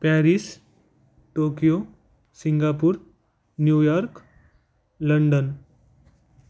Paris Tokyo Singapore New York London